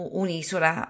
un'isola